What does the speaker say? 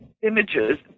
images